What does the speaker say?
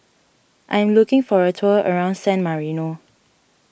I am looking for a tour around San Marino